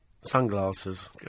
Sunglasses